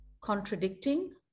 contradicting